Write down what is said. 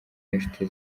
n’inshuti